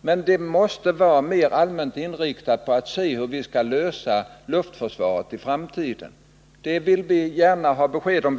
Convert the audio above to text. Men man måste vara mer allmänt inriktad på att se hur vi skall lösa luftförsvarets problem i framtiden. Detta vill vi gärna ha besked om.